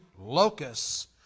locusts